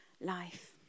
life